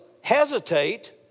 hesitate